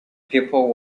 people